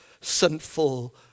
sinful